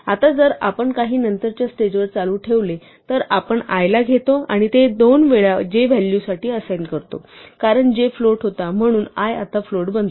आता जर आपण काही नंतरच्या स्टेज वर चालू ठेवले तर आपण i ला घेतो आणि ते 2 वेळा j व्हॅलू साठी असाइन करतो कारण j फ्लोट होता म्हणून i आता फ्लोट बनतो